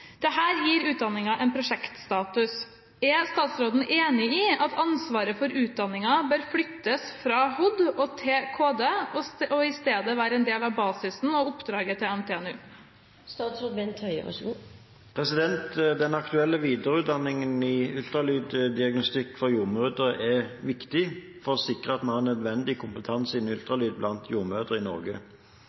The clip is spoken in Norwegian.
gir utdanningen en prosjektstatus. Er statsråden enig i at ansvaret for utdanningen bør flyttes fra Helse- og omsorgsdepartementet til Kunnskapsdepartementet, og i stedet være en del av basisen og oppdraget til NTNU?» Den aktuelle videreutdanningen i ultralyddiagnostikk for jordmødre er viktig for å sikre at vi har nødvendig kompetanse innenfor ultralyd blant jordmødre i Norge.